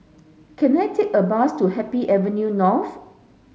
can I take a bus to Happy Avenue North